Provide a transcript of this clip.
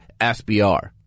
SBR